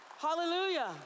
Hallelujah